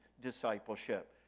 discipleship